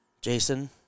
Jason